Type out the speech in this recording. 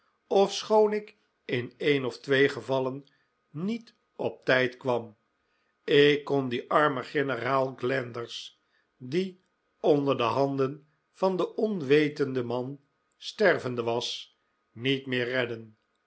ofschoon ik in een of twee gevallen niet op tijd kwam ik kon dien armen generaal glanders die onder de handen van den onwetenden man stervende was niet meer redden